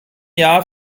jahr